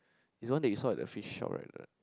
is the one you saw at the fish shop right